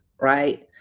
right